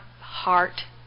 heart